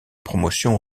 promotion